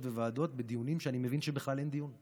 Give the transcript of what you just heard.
ובוועדות בדיונים שאני מבין שבכלל אין דיון.